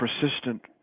persistent